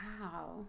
wow